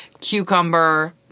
cucumber